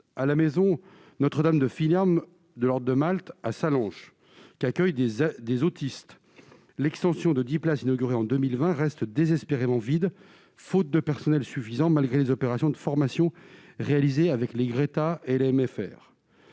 à la maison Notre-Dame de de l'Ordre de Malte à Sallanches, qui accueille des à des autistes, l'extension de 10 places inauguré en 2020 reste désespérément vides, faute de personnel suffisant malgré les opérations de formation réalisé avec les Greta, elle